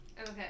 Okay